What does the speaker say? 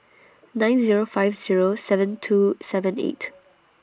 nine Zero five Zero seven two seven eight